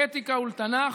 לאתיקה ולתנ"ך,